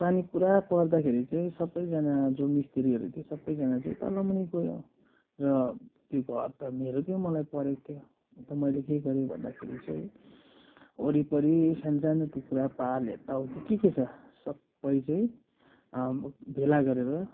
पानी पुरा पर्दाखेरि चाहिँ सबैजना जो मिस्त्रीहरू थियो सबैजना चाहिँ तला मुनि गयो र त्यो घर त मेरो थियो मलाई परेको थियो अन्त मैले के गरेँ भन्दाखेरि चाहिँ वरिपरि सानो सानो टुक्रा पाल यताउति के के छ सबै चाहिँ भेला गरेर